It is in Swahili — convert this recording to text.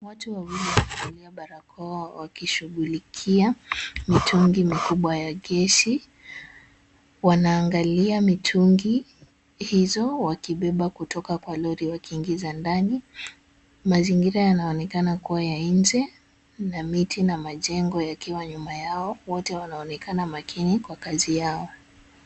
Watu wawili wamevalia barakoa wakishughulikia mitungi mikubwa ya gesi. Wanaangalia mitungi hizo wakibeba kutoka kwa lori wakiingiza ndani. Mazingira yanaonekana kuwa ya nje na miti na majengo yakiwa nyuma yao. Wote wanaonekana makini kwa kazi yao.